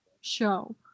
show